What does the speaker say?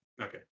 Okay